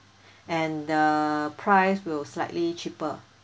and the price will slightly cheaper